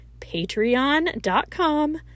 patreon.com